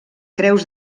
creus